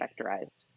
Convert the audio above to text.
vectorized